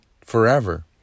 forever